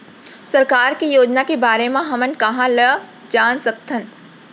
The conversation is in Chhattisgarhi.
सरकार के योजना के बारे म हमन कहाँ ल जान सकथन?